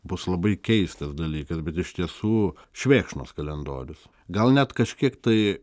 bus labai keistas dalykas bet iš tiesų švėkšnos kalendorius gal net kažkiek tai